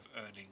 earning